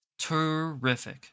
Terrific